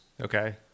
Okay